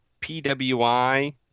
PWI